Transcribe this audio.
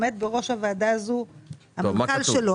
המנכ"ל שלו.